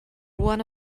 one